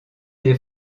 des